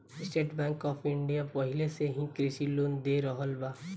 estate Bank of India पाहिले से ही कृषि लोन दे रहल बा